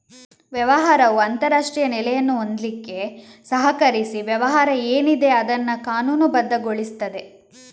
ವ್ಯಾಪಾರವು ಅಂತಾರಾಷ್ಟ್ರೀಯ ನೆಲೆಯನ್ನು ಹೊಂದ್ಲಿಕ್ಕೆ ಸಹಕರಿಸಿ ವ್ಯವಹಾರ ಏನಿದೆ ಅದನ್ನ ಕಾನೂನುಬದ್ಧಗೊಳಿಸ್ತದೆ